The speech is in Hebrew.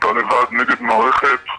אתה לבד נגד מערכת,